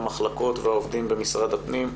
המחלקות והעובדים במשרד הפנים,